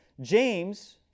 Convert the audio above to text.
James